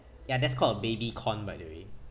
ya that's called a baby corn by the way